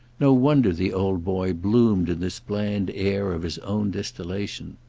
no wonder the old boy bloomed in this bland air of his own distillation.